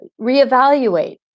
reevaluate